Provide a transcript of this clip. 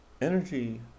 energy